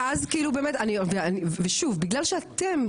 ואז, כאילו באמת ושוב בגלל שאתם.